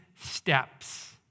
steps